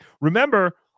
Remember